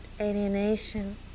alienation